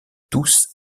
tous